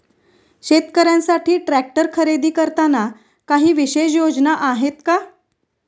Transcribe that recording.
शेतकऱ्यांसाठी ट्रॅक्टर खरेदी करताना काही विशेष योजना आहेत का?